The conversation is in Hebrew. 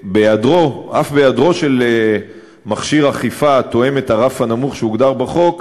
אף בהיעדרו של מכשיר אכיפה התואם את הרף הנמוך שהוגדר בחוק,